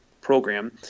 program